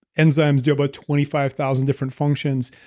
enzymes do about twenty five thousand different functions.